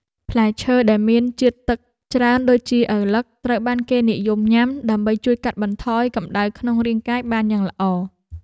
ផ្លែឈើដែលមានជាតិទឹកច្រើនដូចជាឪឡឹកត្រូវបានគេនិយមញ៉ាំដើម្បីជួយកាត់បន្ថយកម្តៅក្នុងរាងកាយបានយ៉ាងល្អ។